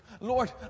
Lord